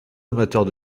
amateurs